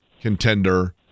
contender